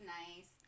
nice